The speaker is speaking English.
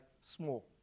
small